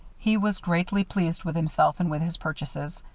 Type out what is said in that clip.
he was greatly pleased with himself and with his purchases.